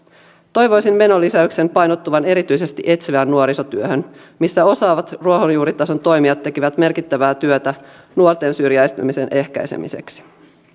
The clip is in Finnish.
toivoisin menolisäyksen painottuvan erityisesti etsivään nuorisotyöhön missä osaavat ruohonjuuritason toimijat tekevät merkittävää työtä nuorten syrjäytymisen ehkäisemiseksi